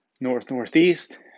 north-northeast